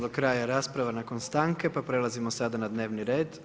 do kraja rasprava nakon stanke, pa prelazimo sada na dnevni red.